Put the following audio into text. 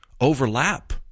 overlap –